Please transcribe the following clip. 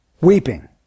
weeping